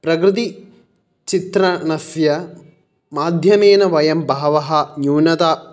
प्रकृदिचित्रणस्य माध्यमेन वयं बहवः न्यूनता